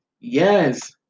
Yes